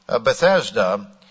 Bethesda